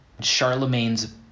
Charlemagne's